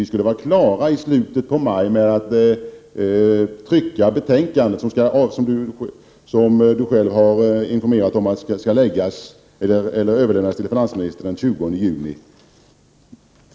Vi skulle vara klara att trycka betänkandet i slutet av maj för att, som Kjell Johansson själv har informerat om, överlämna det till finansministern den 20 juni.